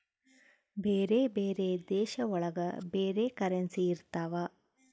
ಬೇರೆ ಬೇರೆ ದೇಶ ಒಳಗ ಬೇರೆ ಕರೆನ್ಸಿ ಇರ್ತವ